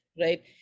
right